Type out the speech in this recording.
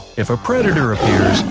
if a predator appears,